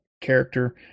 character